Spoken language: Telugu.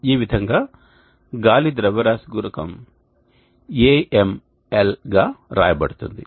ఈ విధంగా గాలి ద్రవ్యరాశి గుణకం AMl గా వ్రాయబడుతుంది